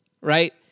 right